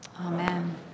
Amen